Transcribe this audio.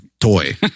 toy